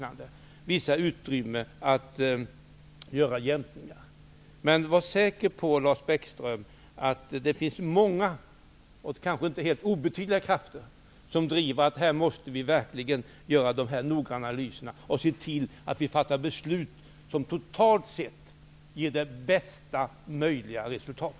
finns det vissa utrymmen att göra jämkningar. Lars Bäckström kan vara säker på att det finns många och kanske inte helt obetydliga krafter som driver att man verkligen måste göra noggranna analyser och se till att man fattar beslut som totalt sett ger bästa möjliga resultat.